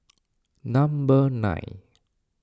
number nine